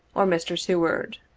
or mr. seward.